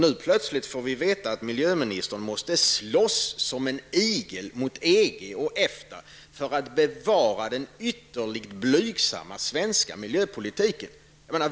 Nu plötsligt får vi veta att miljöministern måste slåss som en igel mot EG och EFTA för att bevara den ytterligt blygsamma svenska miljöpolitiken. Vad är det?